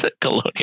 colonial